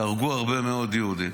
שהרגו הרבה מאוד יהודים.